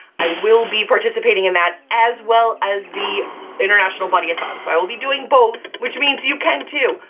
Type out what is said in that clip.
i will be participating in that as well as the international buddyathon. so i will be doing both, which means you can, too.